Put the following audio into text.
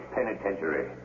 Penitentiary